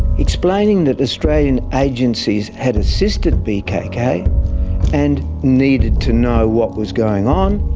explaining that australian agencies had assisted bkk and needed to know what was going on,